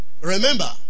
Remember